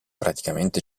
praticamente